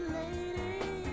lady